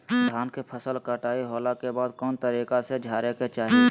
धान के फसल कटाई होला के बाद कौन तरीका से झारे के चाहि?